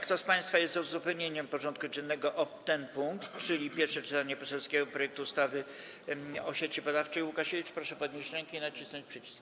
Kto z państwa jest za uzupełnieniem porządku dziennego o ten punkt, czyli o pierwsze czytanie poselskiego projektu ustawy o Sieci Badawczej Łukasiewicz, proszę podnieść rękę i nacisnąć przycisk.